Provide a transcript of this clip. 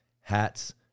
hats